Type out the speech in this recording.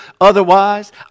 Otherwise